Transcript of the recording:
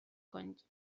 کنید